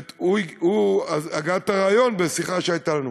הוא הגה את הרעיון בשיחה שהייתה לנו,